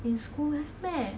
in school meh